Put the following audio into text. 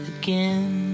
again